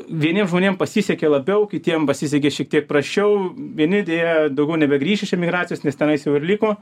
vieniems žmonėms pasisekė labiau kitiem pasisekė šiek tiek prasčiau vieni deja daugiau nebegrįš iš emigracijos nes tenais jau ir liko